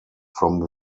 from